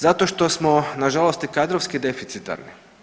Zato što smo nažalost i kadrovski deficitarni.